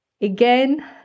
Again